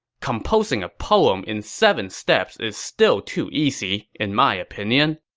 composing a poem in seven steps is still too easy, in my opinion.